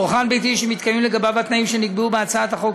צרכן ביתי שמתקיימים לגביו התנאים שנקבעו בהצעת החוק,